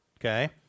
okay